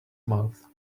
mouth